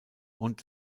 und